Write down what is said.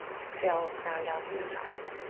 exhale, ground down through the thighs.